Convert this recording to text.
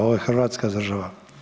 Ovo je Hrvatska država.